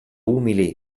umili